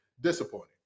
Disappointing